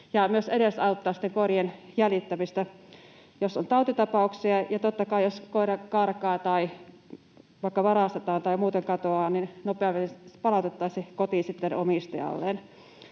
myös edesauttaa koirien jäljittämistä, jos on tautitapauksia, ja totta kai, jos koira karkaa tai vaikka varastetaan tai muuten katoaa, niin se palautettaisiin nopeammin sitten